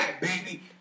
baby